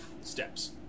steps